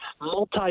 multi-